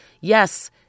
Yes